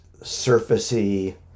surfacey